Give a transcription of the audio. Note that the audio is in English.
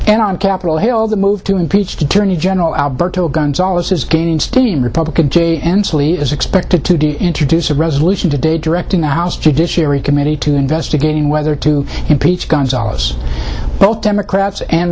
and on capitol hill the move to impeached attorney general alberto gonzales is gaining steam republican jay ensley is expected to introduce a resolution today directing the house judiciary committee to investigate whether to impeach gonzales both democrats and